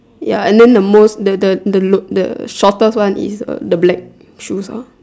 ya and then the most the the the lo~ the shortest one is the black shoes ah